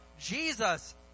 Jesus